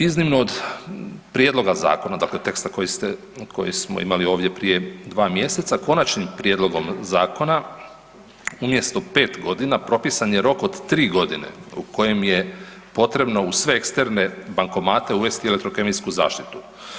Iznimno od prijedloga zakona, dakle teksta koji smo imali ovdje prije 2 mj., konačnim prijedlogom zakona umjesto 5 g. propisan je rok od 3 g. u kojem je potrebno u sve eksterne bankomate uvesti elektrokemijsku zaštitu.